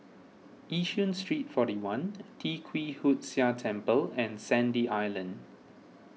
Yishun Street forty one Tee Kwee Hood Sia Temple and Sandy Island